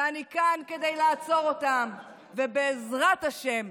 ואני כאן כדי לעצור אותם, ובעזרת השם,